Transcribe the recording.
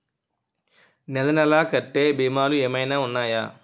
నెల నెల కట్టే భీమాలు ఏమైనా ఉన్నాయా?